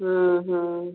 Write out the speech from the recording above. हाँ हाँ